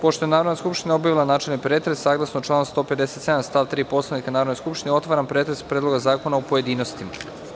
Pošto je Narodna skupština obavila načelni pretres, saglasno članu 157. stav 3. Poslovnika Narodne skupštine, otvaram pretres Predloga zakona u pojedinostima.